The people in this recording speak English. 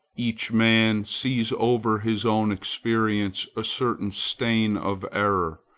each man sees over his own experience a certain stain of error,